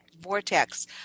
vortex